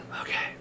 Okay